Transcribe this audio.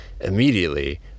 immediately